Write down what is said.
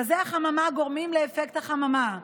גזי החממה גורמים לאפקט החממה,